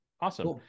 awesome